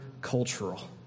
cultural